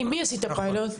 עם מי עשיתם פיילוט?